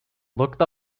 looked